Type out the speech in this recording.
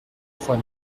trois